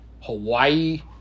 Hawaii